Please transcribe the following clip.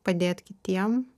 padėt kitiem